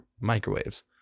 microwaves